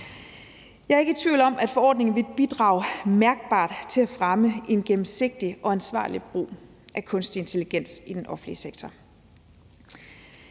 Jeg er ikke i tvivl om, at forordningen vil bidrage mærkbart til at fremme en gennemsigtig og ansvarlig brug af kunstig intelligens i den offentlige sektor.